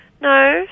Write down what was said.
No